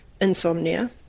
Insomnia